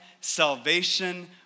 salvation